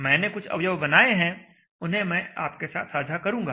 मैंने कुछ अवयव बनाए हैं उन्हें मैं आपके साथ साझा करूंगा